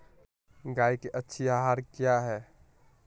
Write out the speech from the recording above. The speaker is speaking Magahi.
गाय के अच्छी आहार किया है?